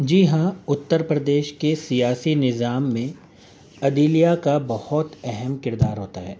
جی ہاں اتر پردیش کے سیاسی نظام میں عدلیہ کا بہت اہم کردار ہوتا ہے